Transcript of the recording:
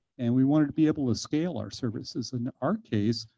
and we wanted to be able to scale our services. in our case,